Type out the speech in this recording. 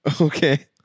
Okay